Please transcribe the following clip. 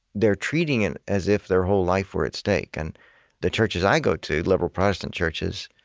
they're treating it as if their whole life were at stake. and the churches i go to, liberal protestant churches,